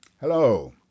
Hello